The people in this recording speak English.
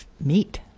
meat